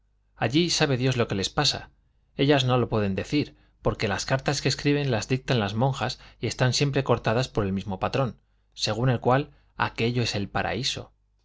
allí sabe dios lo que les pasa ellas no lo pueden decir porque las cartas que escriben las dictan las monjas y están siempre cortadas por el mismo patrón según el cual aquello es el paraíso